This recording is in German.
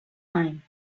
heim